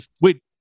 Wait